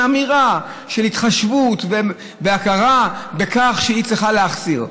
אמירה של התחשבות והכרה בכך שהיא צריכה להחסיר.